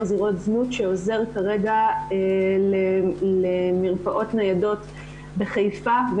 זרועות זנות שעוזר כרגע למרפאות ניידות בחיפה,